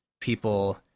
people